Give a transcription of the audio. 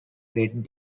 red